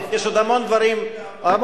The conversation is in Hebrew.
יש עוד המון דברים להוסיף,